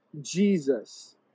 Jesus